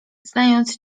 znając